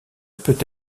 peut